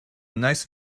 nice